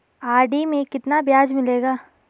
RD में कितना ब्याज मिलेगा?